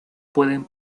pueden